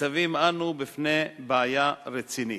ניצבים אנו בפני בעיה רצינית,